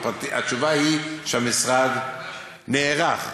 התשובה היא שהמשרד נערך.